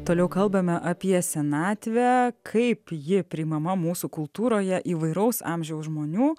toliau kalbame apie senatvę kaip ji priimama mūsų kultūroje įvairaus amžiaus žmonių